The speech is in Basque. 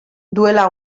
duela